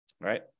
right